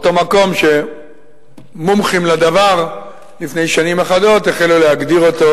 אותו מקום שמומחים לדבר החלו לפני שנים אחדות להגדיר אותו,